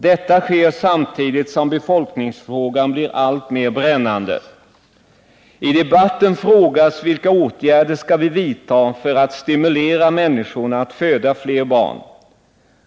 Detta sker samtidigt som befolkningsfrågan blir alltmer brännande. I debatten frågas vilka åtgärder vi skall vidta för att stimulera människorna att skaffa fler barn.